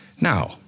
Now